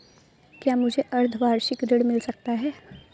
क्या मुझे अर्धवार्षिक ऋण मिल सकता है?